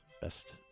Best